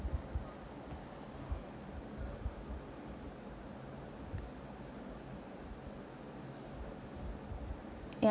ya